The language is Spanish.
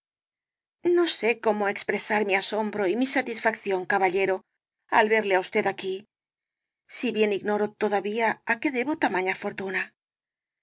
no sé cómo expresar mi asombro y mi satisfacrosalía de castro ción caballero al verle á usted aquí si bien ignoro todavía á qué debo tamaña fortuna